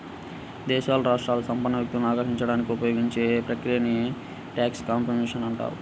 దేశాలు, రాష్ట్రాలు సంపన్న వ్యక్తులను ఆకర్షించడానికి ఉపయోగించే ప్రక్రియనే ట్యాక్స్ కాంపిటీషన్ అంటారు